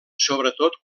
sobretot